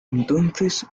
entonces